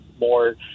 more